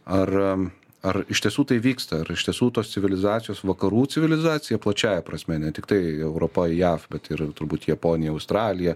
ar ar iš tiesų tai vyksta ar iš tiesų tos civilizacijos vakarų civilizacija plačiąja prasme ne tiktai europa jav bet ir turbūt japonija australija